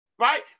Right